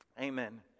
Amen